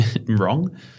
wrong